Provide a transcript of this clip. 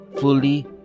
fully